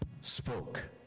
spoke